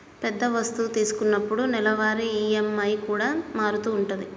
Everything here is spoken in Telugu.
పెద్ద వస్తువు తీసుకున్నప్పుడు నెలవారీ ఈ.ఎం.ఐ కూడా మారుతూ ఉంటది